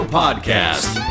podcast